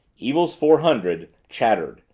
evil's four hundred chattered,